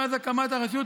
מאז הקמת הרשות,